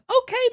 okay